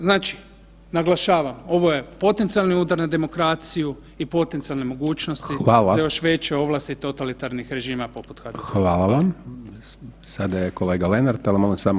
Znači naglašavam, ovo je potencijalni udar na demokraciju i potencijalne mogućnosti za još veće ovlasti totalitarnih režima poput HDZ-a.